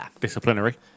Disciplinary